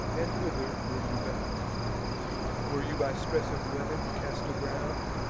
and whither were you bound were you by stress of weather cast aground?